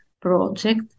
project